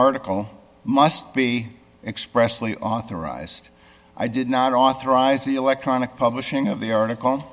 article must be expressly authorized i did not authorize the electronic publishing of the article